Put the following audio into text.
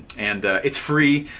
and it's free,